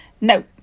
no